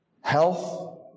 health